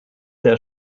der